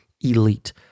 elite